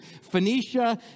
Phoenicia